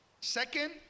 Second